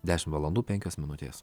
dešim valandų penkios minutės